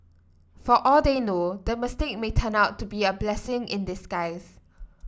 for all they know the mistake may turn out to be a blessing in disguise